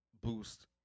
boost